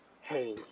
Hey